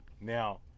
Now